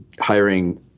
hiring